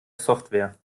software